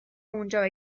اونجا